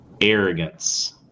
arrogance